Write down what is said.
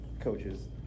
coaches